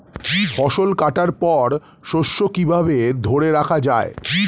ফসল কাটার পর শস্য কিভাবে ধরে রাখা য়ায়?